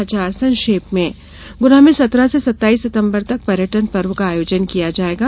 समाचार संक्षेप में गुना में सत्रह से सत्ताईस सितम्बर तक पर्यटन पर्व का आयोजन किया जायेगा